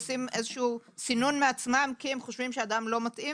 מה שעשינו זה הצלבנו,